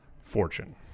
Fortune